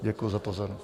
Děkuji za pozornost.